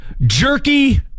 jerky